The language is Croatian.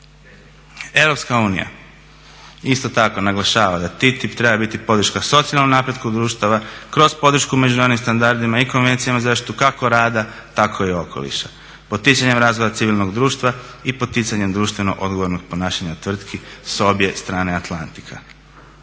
Europska unija isto tako naglašava da TTIP treba biti podrška socijalnom napretku društava kroz podršku međunarodnim standardima i konvencijama za zaštitu kako rada tako i okoliša. Poticanjem razvoja civilnog društva i poticanjem društveno odgovornog ponašanja tvrtki s obje strane Atlantika.